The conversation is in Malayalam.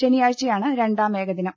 ശനിയാഴ്ചയാണ് രണ്ടാം ഏകദിനം